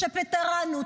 "שפטרנו".